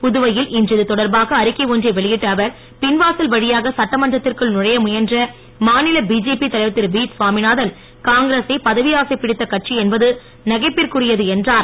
புதுவையில் இன்று இதுதொடர்பாக அறிக்கை ஒன்றை வெளியிட்ட அவர் பின்வாசல் வழியாக சட்டமன்றத்திற்குள் நுழைய முயன்ற மாநில பிஜேபி தலைவர் திரு வி கவாமிநாதன் காங்கிரசை பதவி ஆசை பிடித்த கட்சி என்பது நகைப்பிற்குரியது என்றார்